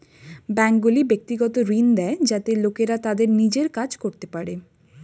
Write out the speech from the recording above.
ব্যাঙ্কগুলি ব্যক্তিগত ঋণ দেয় যাতে লোকেরা তাদের নিজের কাজ করতে পারে